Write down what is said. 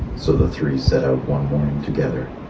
so the three set out one morning together.